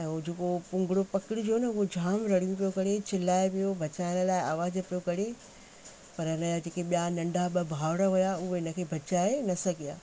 ऐं उहो जेको पुंगड़ो पकिड़िजियो न उहो झाम रड़ियो पियो करे चिलाए पियो बचाइण लाइ आवाजु पियो करे पर हिनजा जेके ॿिया नंढा ॿ भावरु हुया उहे हिन खे बचाए न सघिया